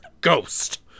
ghost